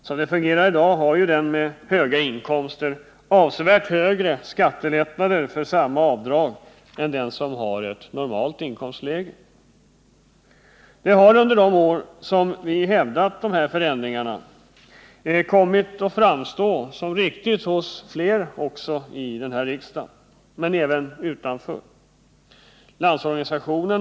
Som det fungerar i dag har ju den med höga inkomster avsevärt högre skattelättnader för samma avdrag än den som har ett normalt inkomstläge. Det har under de år som vi hävdat att man bör göra förändringar av detta slag kommit att framstå som riktigt hos fler i denna riksdag - men även utanför — att följa våra idéer.